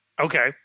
Okay